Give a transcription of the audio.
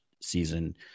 season